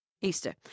Easter